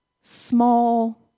small